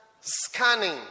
scanning